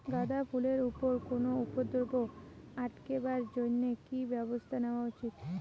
গাঁদা ফুলের উপরে পোকার উপদ্রব আটকেবার জইন্যে কি ব্যবস্থা নেওয়া উচিৎ?